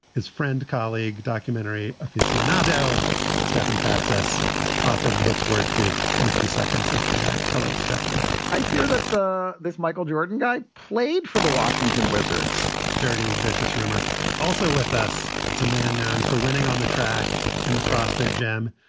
his friend, colleague, documentary aficionado stefan fatsis, author of the book word freak and a few seconds of panic. hello, stefan i hear that there's michael jordan, guy played for the washington wizards dirt, a vicious rumor also with us, it's a man known for winning on the track. in the crossfire jam.